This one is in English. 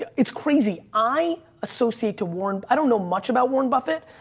it's crazy. i associate to warren. i don't know much about warren buffet,